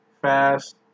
Fast